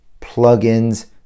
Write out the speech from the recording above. plugins